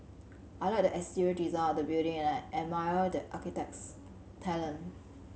I like the exterior design of the building and I admire the architect's talent